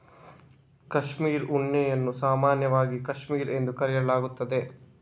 cashmere ಉಣ್ಣೆಯನ್ನು ಸಾಮಾನ್ಯವಾಗಿ cashmere ಎಂದು ಕರೆಯಲಾಗುತ್ತದೆ